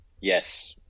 Yes